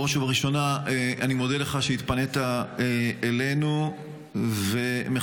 בראש ובראשונה אני מודה לך שהתפנית אלינו ומחזק